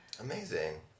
Amazing